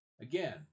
Again